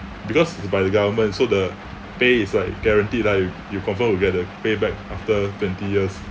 because is by the government so the pay is like guaranteed lah you you confirm will get the pay back after twenty years